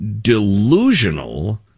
delusional